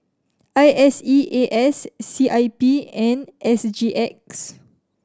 I S E A S C I P and S G X